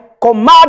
command